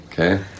Okay